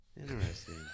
Interesting